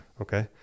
Okay